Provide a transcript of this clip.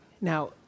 Now